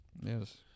Yes